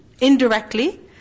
indirectly